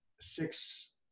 six